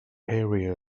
area